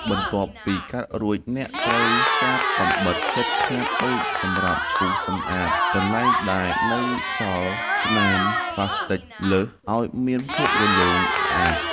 បន្ទាប់ពីកាត់រួចអ្នកត្រូវការកាំបិតចិតខ្នាតតូចសម្រាប់ឈូសសម្អាតកន្លែងដែលនៅសល់ស្នាមផ្លាស្ទិចលើសឱ្យមានភាពរលោងស្អាត។